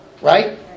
right